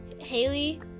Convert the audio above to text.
Haley